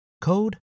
code